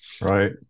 Right